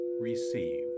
receive